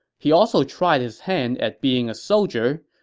he also tried his hand at being a soldier,